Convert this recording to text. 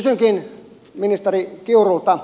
kysynkin ministeri kiurulta